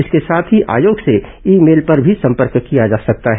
इसके साथ ही आयोग से ईमेल पर भी संपर्क किया जा सकता है